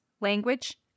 language